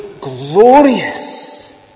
glorious